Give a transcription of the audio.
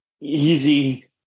easy